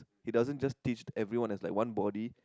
he doesn't just teach everyone as like one body